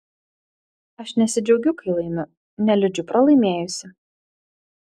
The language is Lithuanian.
aš nesidžiaugiu kai laimiu neliūdžiu pralaimėjusi